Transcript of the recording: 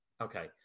Okay